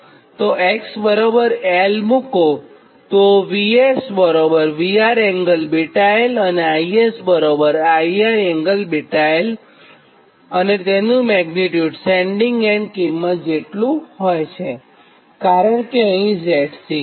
જો x l મુકો તો VSVR ∠βl અને ISIR ∠βl અને તેનું મેગ્નીટ્યુડ એ સેન્ડીંગ એન્ડ કિંમત જેટલું હોય છે કારણ કે અહીં Zc છે